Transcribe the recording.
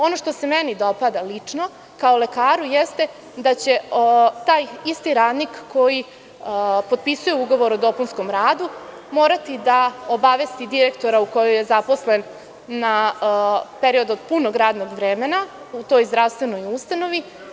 Ono što se meni dopada lično kao lekaru, jeste da će taj isti radnik koji potpisuje ugovor o dopunskom radu morati da obavesti direktora kod koga je zaposlen na period od punog radnog vremena u toj zdravstvenoj ustanovi.